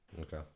Okay